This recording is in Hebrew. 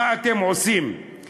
מה אתם עושים,